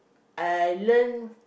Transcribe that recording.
I learn